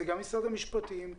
זה גם משרד המשפטים,